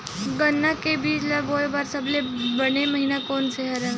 गन्ना के बीज ल बोय बर सबले बने महिना कोन से हवय?